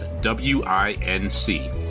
w-i-n-c